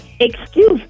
excuse